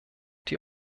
die